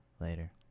later